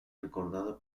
recordado